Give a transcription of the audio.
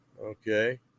okay